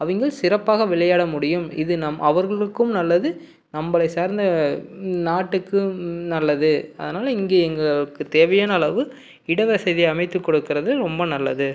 அவங்கள் சிறப்பாக விளையாட முடியும் இது நம் அவர்களுக்கும் நல்லது நம்மளை சார்ந்த நாட்டுக்கும் நல்லது அதனால இங்கே எங்களுக்கு தேவையான அளவு இடவசதி அமைத்து கொடுக்கறது ரொம்ப நல்லது